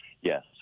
Yes